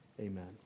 amen